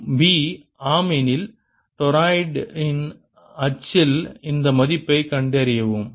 மற்றும் b ஆம் எனில் டொராய்டின் அச்சில் அதன் மதிப்பைக் கண்டறியவும்